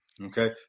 Okay